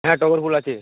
হ্যাঁ টগর ফুল আছে